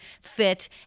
fit